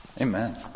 Amen